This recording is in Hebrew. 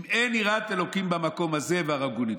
אם אין יראת אלוקים במקום הזה והרגוני.